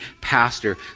pastor